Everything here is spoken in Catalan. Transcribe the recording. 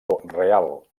real